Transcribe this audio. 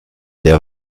der